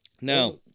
Now